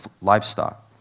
livestock